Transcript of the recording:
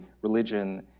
religion